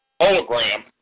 Hologram